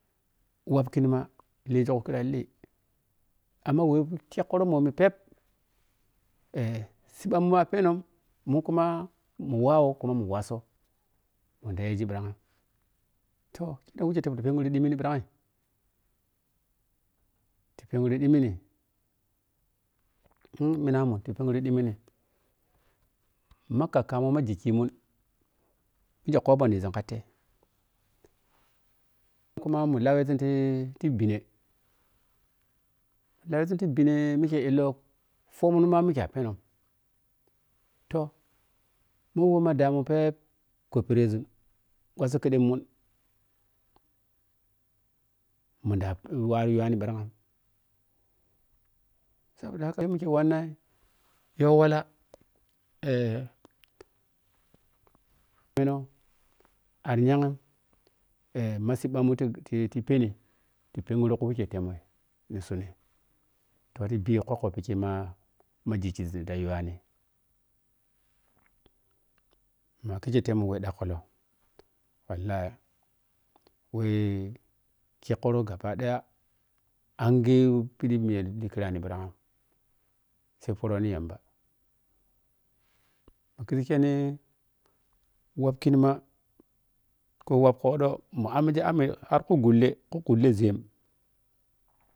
Wap kinma legi kuranle amma wei kegkurow mbomi pep sibbamun ma napenom mun kuma mun wou kuma mun wasau munda yigi ɓirang toh mu dou wikei ta pengne ɓirang pengru dimin mina rengru dimin ma kakkamun ma gigki inun mike kopon mzun katei, mun kuma mun lauwezun ti bine-lauwezun ti bine mike illbau poumun ma mike apenom toh mun ma damun pep koppere zun wassau keden mun munda wawi yiwanim ɓrang saboda haka wai mikke wannan youwala menou arinyakum masipbamun ti-ti pene ta pengre ku wikei temurou ni sunni tohti biyo kokko wai ma gigki zun ta yuwari ma kikkei tei wemun ɗakkulou wallahi wei kek kurou gabadaya ange pidi miya ta li kiranim ɓirang sai poroni yamba kigi keni wap kama ko wap podo mun ammigi ammi har kule zem,